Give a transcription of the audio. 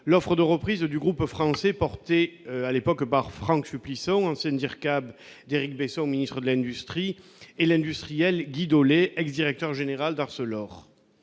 l'offre de reprise du groupe français, portée à l'époque par Frank Supplisson, ancien directeur de cabinet d'Éric Besson, ministre de l'industrie, et par l'industriel Guy Dollé, ex-directeur général d'Arcelor.